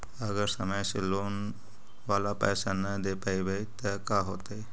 अगर समय से लोन बाला पैसा न दे पईबै तब का होतै?